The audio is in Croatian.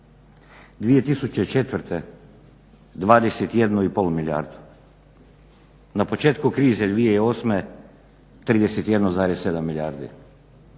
2004. 21,5 milijardu, na početku krize 2008. 31,7 milijardi,